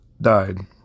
died